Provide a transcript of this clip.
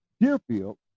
Deerfield